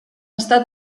està